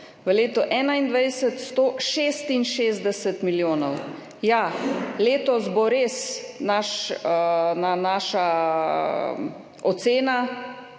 v letu 2021 166 milijonov. Ja, letos bo res, naša ocena